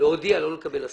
להודיע ולא לקבל הסכמה.